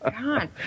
God